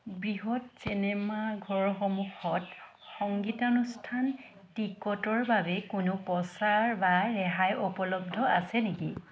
বৃহৎ চিনেমাঘৰসমূহত সংগীতানুষ্ঠান টিকটৰ বাবে কোনো প্ৰচাৰ বা ৰেহাই উপলব্ধ আছে নেকি